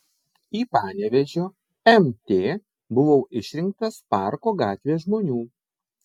į panevėžio mt buvau išrinktas parko gatvės žmonių